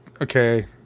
okay